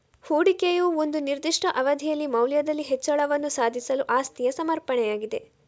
ಹೂಡಿಕೆಯು ಒಂದು ನಿರ್ದಿಷ್ಟ ಅವಧಿಯಲ್ಲಿ ಮೌಲ್ಯದಲ್ಲಿ ಹೆಚ್ಚಳವನ್ನು ಸಾಧಿಸಲು ಆಸ್ತಿಯ ಸಮರ್ಪಣೆಯಾಗಿದೆ